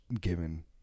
given